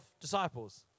disciples